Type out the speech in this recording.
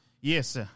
Yes